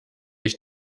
ich